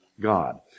God